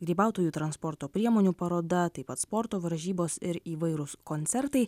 grybautojų transporto priemonių paroda taip pat sporto varžybos ir įvairūs koncertai